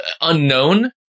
unknown